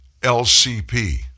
LCP